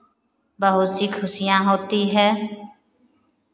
बहुत सी खुशियाँ होती है